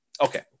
okay